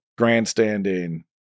grandstanding